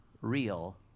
real